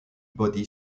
body